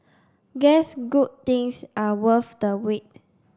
guess good things are worth the wait